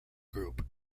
group